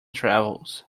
travels